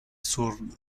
sur